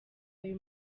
ayo